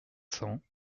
cents